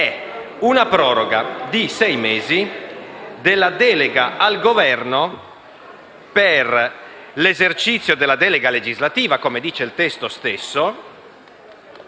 corretto) è una proroga di sei mesi al Governo per l'esercizio della delega legislativa, come dice il testo stesso,